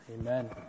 Amen